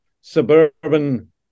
suburban